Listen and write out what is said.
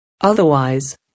Otherwise